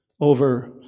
over